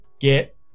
get